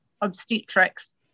obstetrics